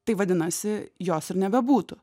tai vadinasi jos ir nebebūtų